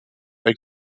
ein